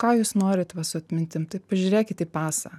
ką jūs norit va su atmintim tai pažiūrėkit į pasą